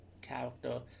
character